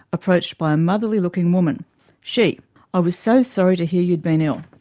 approached by a motherly-looking woman she i was so sorry to hear you had been ill.